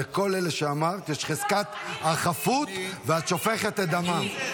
לכל אלה שאמרת יש חזקת החפות ואת שופכת את דמם.